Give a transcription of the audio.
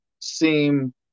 seem